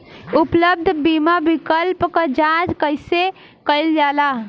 उपलब्ध बीमा विकल्प क जांच कैसे कइल जाला?